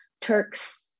Turks